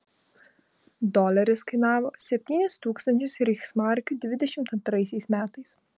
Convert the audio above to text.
doleris kainavo septynis tūkstančius reichsmarkių dvidešimt antraisiais metais